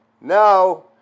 Now